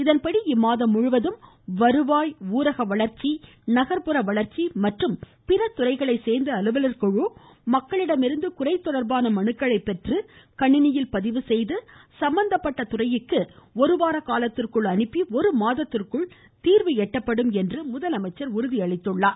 இதன்படி இம்மாதம் முழுவதும் வருவாய் ஊரக வளர்ச்சி நகர்ப்புற வளர்ச்சி மற்றும் பிற துறைகளைச் சேர்ந்த அலுவலர் குழு மக்களிடமிருந்து குறை தொடர்பான மனுக்களைப் பெற்று கணினியில் பதிவுசெய்து சம்பந்தப்பட்ட துறையினருக்கு ஒருவார காலத்திற்குள் அனுப்பி ஒரு மாதத்திற்குள் தீர்வு எட்டப்படும் என்று முதலமைச்சர் உறுதியளித்தார்